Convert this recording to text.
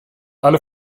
alle